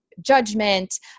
judgment